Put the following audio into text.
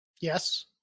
Yes